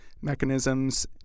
mechanisms